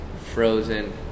frozen